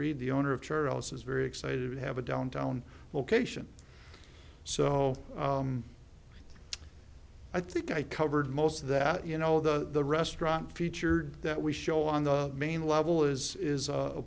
reed the owner of charles is very excited to have a downtown location so i think i covered most of that you know the restaurant featured that we show on the main level is is a